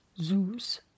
Zeus